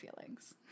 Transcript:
feelings